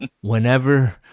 whenever